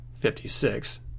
56